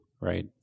right